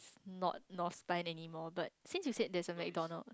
not anymore but since you said there's a McDonald